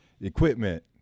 equipment